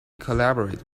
collaborate